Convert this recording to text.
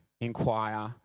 inquire